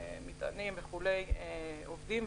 מטענים וכו' עובדים,